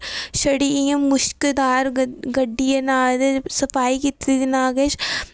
छड़ी इ'यां मुश्कदार गड्डी ऐ नां एह्दे च सफाई कीती दी नां किश